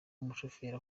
umushoferi